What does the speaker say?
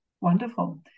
Wonderful